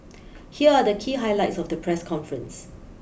here are the key highlights of the press conference